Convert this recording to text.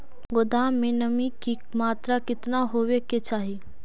गोदाम मे नमी की मात्रा कितना होबे के चाही?